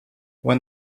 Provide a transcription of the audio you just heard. when